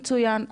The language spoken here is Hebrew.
מצוין,